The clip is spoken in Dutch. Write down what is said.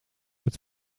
het